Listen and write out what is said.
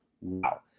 Wow